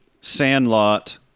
Sandlot